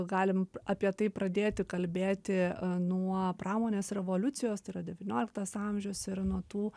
galim apie tai pradėti kalbėti nuo pramonės revoliucijos tai yra devynioliktas amžius ir nuo tų